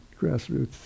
grassroots